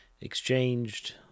exchanged